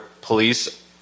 police